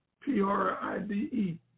P-R-I-D-E